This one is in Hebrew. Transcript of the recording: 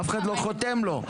אף אחד לא חותם לו.